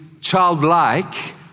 childlike